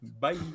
Bye